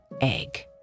egg